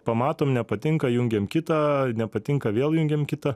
pamatom nepatinka jungiam kitą nepatinka vėl jungiam kitą